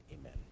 amen